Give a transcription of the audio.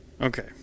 Okay